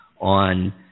on